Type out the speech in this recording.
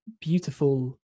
beautiful